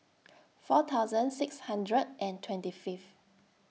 four thousand six hundred and twenty five